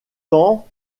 tend